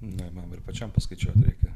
na man ir pačiam paskaičiuot reikia